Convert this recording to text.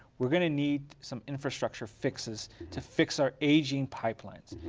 we're going to need some infrastructure fixes to fix our aging pipelines.